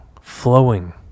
flowing